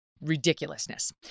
Ridiculousness